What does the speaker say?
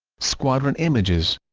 squadron images